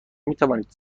میتوانید